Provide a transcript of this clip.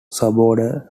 suborder